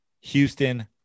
Houston